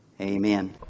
Amen